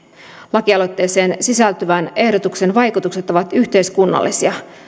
lakialoitteeseen sisältyvän ehdotuksen vaikutukset ovat yhteiskunnallisia